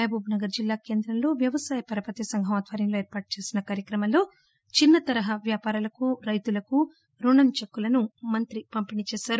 మహబూబ్ నగర్ జిల్లా కేంద్రంలో వ్యవసాయ పరపతి సంఘం ఆధ్వర్యంలో ఏర్పాటు చేసిన కార్యక్రమంలో చిన్న తరహా వ్యాపారాలకు రైతులకు రుణాల చెక్కులను మంత్రి పంపిణీ చేశారు